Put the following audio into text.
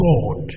God